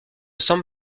san